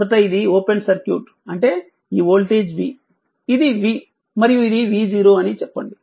మొదట ఇది open circuit అంటే ఈ వోల్టేజ్ v ఇది v మరియు ఇది v0 అని చెప్పండి